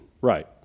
Right